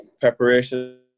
preparation